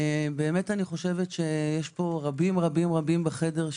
יש פה רבים-רבים בחדר,